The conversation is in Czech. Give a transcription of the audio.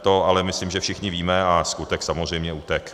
To ale myslím, že všichni víme, a skutek samozřejmě utekl.